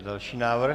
Další návrh?